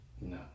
No